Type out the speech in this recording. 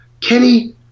Kenny